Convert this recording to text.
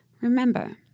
Remember